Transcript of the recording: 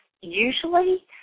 usually